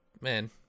Man